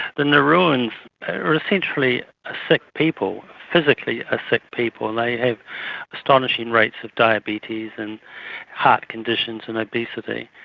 the nauruans are essentially a sick people, physically a sick people. they have astonishing rates of diabetes and heart conditions and obesity.